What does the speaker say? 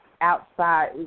outside